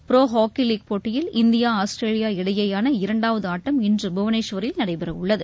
pro hockey league போட்டியில் India Australia இடையேயான இரண்டாவது ஆட்டம் இன்று புவனேஸ்வரில் நடைபெறவுள்ளது